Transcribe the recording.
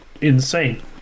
insane